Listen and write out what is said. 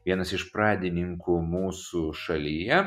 vienas iš pradininkų mūsų šalyje